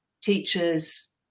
teachers